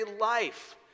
life